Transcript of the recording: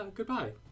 Goodbye